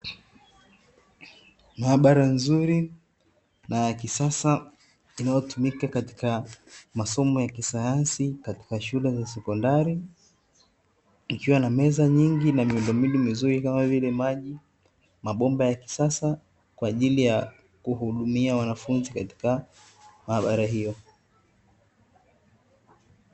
Mahabara nzuri na yakisasa inayo tumika katika masomo ya kisayansi katika shule za sekondari ikiwa na meza nyingi na miundombinu mizuri kama vile maji, mabomba ya kisasa kwaajili ya kuhudumia wanafunzi katika mahabara hiyo